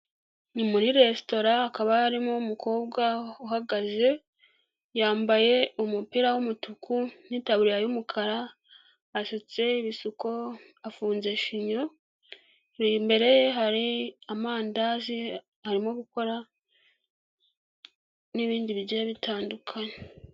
Ni muri resitora akaba harimo umukobwa uhagaze, yambaye umupira w'umutuku n'itaburiya y'umukara, asutse ibisuko, afunze shinya, aho imbere ye hari amandazi arimo gukora n'ibindi bigiye bitandukanye.